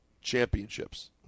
championships